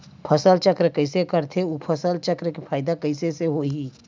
फसल चक्र कइसे करथे उ फसल चक्र के फ़ायदा कइसे से होही?